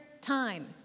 time